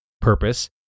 purpose